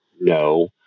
no